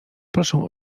proszę